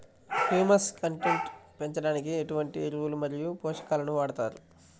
Humus content పెంచడానికి ఎటువంటి ఎరువులు మరియు పోషకాలను వాడతారు?